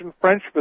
French